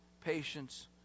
patience